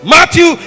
Matthew